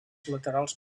laterals